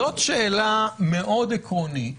וזאת שאלה מאוד עקרונית